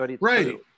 Right